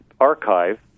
archive